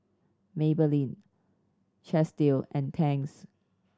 Maybelline Chesdale and Tangs